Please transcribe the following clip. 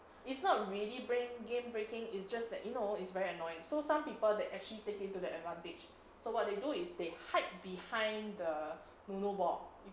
it's not really brain game breaking it's just that you know it's very annoying so some people they actually take to their advantage so what they do is they hide behind the snowball